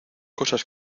cosas